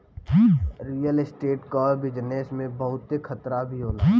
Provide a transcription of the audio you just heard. real estate कअ business में बहुते खतरा भी होला